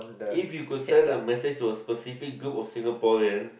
if you could send a message to a specific group of Singaporean